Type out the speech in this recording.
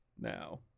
now